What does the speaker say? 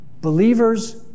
believers